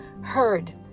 heard